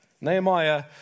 Nehemiah